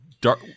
dark